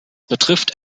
betrifft